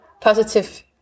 positive